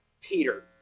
Peter